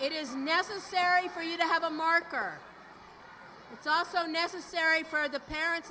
it is necessary for you to have a marker it's also necessary for the parents